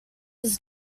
was